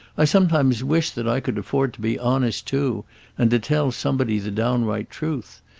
i sometimes wish that i could afford to be honest too and to tell somebody the downright truth.